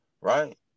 Right